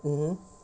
mmhmm